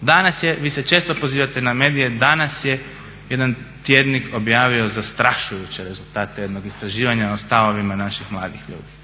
Danas je, vi se često pozivate na medije, danas je jedan tjednik objavio zastrašujuće rezultate jednog istraživanja o stavovima naših mladih ljudi.